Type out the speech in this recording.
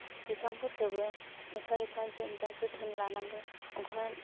बिफांफोरखौबो एफा एफा जोथोन लानांगौ अखा